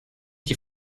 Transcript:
die